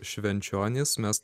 švenčionys mes